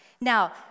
Now